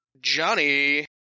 Johnny